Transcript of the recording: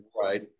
right